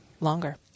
longer